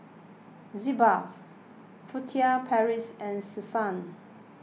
Sitz Bath Furtere Paris and Selsun